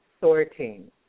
sorting